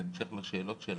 בהמשך לשאלות שלך,